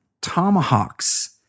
tomahawks